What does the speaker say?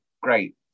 Great